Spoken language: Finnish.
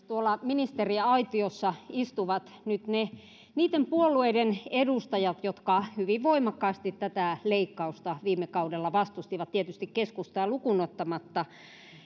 tuolla ministeriaitiossa istuvat nyt niitten puolueiden edustajat jotka hyvin voimakkaasti tätä leikkausta viime kaudella vastustivat tietysti keskustaa lukuun ottamatta